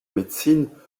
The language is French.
médecine